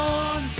on